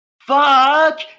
fuck